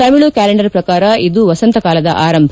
Tamil calendar ಪ್ರಕಾರ ಇದು ವಸಂತಕಾಲದ ಆರಂಭ